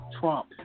Trump